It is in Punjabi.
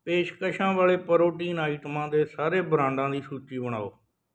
ਪੇਸ਼ਕਸ਼ਾਂ ਵਾਲੇ ਪ੍ਰੋਟੀਨ ਆਈਟਮਾਂ ਦੇ ਸਾਰੇ ਬ੍ਰਾਂਡਾ ਦੀ ਸੂਚੀ ਬਣਾਓ